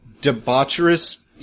debaucherous